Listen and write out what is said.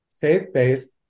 faith-based